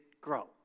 grow